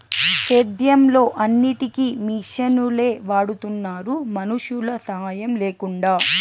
సేద్యంలో అన్నిటికీ మిషనులే వాడుతున్నారు మనుషుల సాహాయం లేకుండా